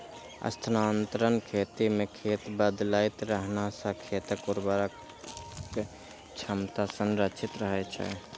स्थानांतरण खेती मे खेत बदलैत रहला सं खेतक उर्वरक क्षमता संरक्षित रहै छै